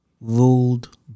ruled